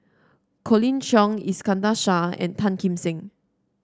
Colin Cheong Iskandar Shah and Tan Kim Seng